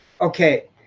Okay